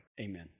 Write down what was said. Amen